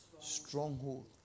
Stronghold